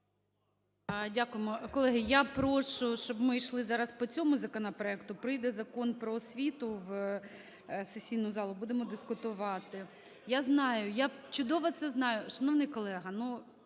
Дякуємо. Колеги, я прошу, щоб ми йшли зараз по цьому законопроекту. Прийде Закон "Про освіту" в сесійну залу, будемо дискутувати. (Шум у залі) Я знаю, я чудово це знаю. Шановний колего,